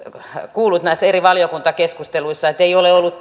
kuullut näissä eri valiokuntakeskusteluissa että ei ole ollut